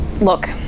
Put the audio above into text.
look